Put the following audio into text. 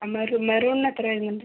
ആ മെറൂൺ മെറൂണിന് എത്ര വരുന്നുണ്ട്